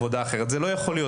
זה לא יכול להיות.